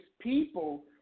people